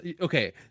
okay